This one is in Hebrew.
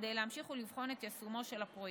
כדי להמשיך ולבחון את יישומו של הפרויקט.